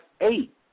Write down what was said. eight